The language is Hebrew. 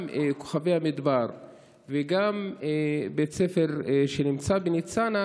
גם נווה מדבר וגם בית הספר שנמצא בניצנה,